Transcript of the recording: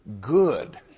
good